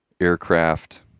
aircraft